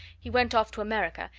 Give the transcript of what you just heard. he went off to america,